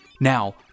Now